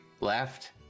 left